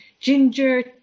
ginger